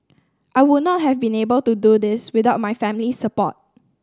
I would not have been able to do this without my family's support